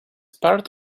part